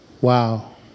Wow